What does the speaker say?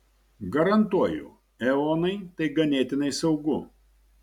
garantuoju eonai tai ganėtinai saugu